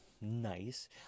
nice